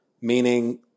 Meaning